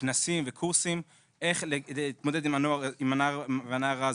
כנסים וקורסים איך להתמודד עם הנער והנערה.